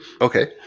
okay